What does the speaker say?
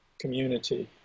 community